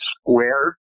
square